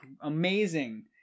amazing